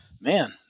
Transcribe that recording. man